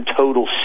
total